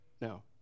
no